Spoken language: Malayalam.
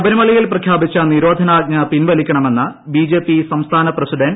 ശബരിമലയിൽ പ്രഖ്യാപിച്ചു നിരോധനാജ്ഞ പിൻവലിക്കണമെന്ന് ബി ജെ പി സംസ്ഥാന പ്രസിഡന്റ്